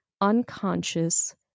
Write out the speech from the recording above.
unconscious